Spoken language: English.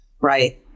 right